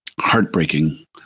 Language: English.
heartbreaking